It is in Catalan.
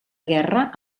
guerra